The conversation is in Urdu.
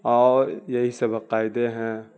اور یہی سب عقائد ہیں